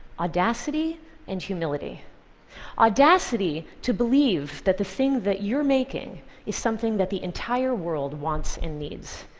audacity and humility audacity to believe that the thing that you're making is something that the entire world wants and needs,